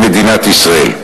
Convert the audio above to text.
ממדינת ישראל.